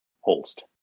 Holst